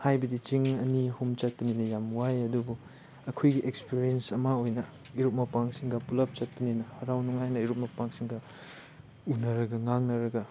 ꯍꯥꯏꯕꯗꯤ ꯆꯤꯡ ꯑꯅꯤ ꯑꯍꯨꯝ ꯆꯠꯄꯅꯤꯅ ꯌꯥꯝ ꯋꯥꯏ ꯑꯗꯨꯕꯨ ꯑꯩꯈꯣꯏꯒꯤ ꯑꯦꯛꯁꯄꯤꯔꯤꯌꯦꯟꯁ ꯑꯃ ꯑꯣꯏꯅ ꯏꯔꯨꯞ ꯏꯄꯥꯡꯁꯤꯡꯒ ꯄꯨꯂꯞ ꯆꯠꯄꯅꯤꯅ ꯍꯔꯥꯎ ꯅꯨꯡꯉꯥꯏꯅ ꯏꯔꯨꯞ ꯏꯄꯥꯡꯁꯤꯡꯒ ꯎꯅꯔꯒ ꯉꯥꯡꯅꯔꯒ